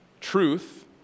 Truth